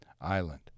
island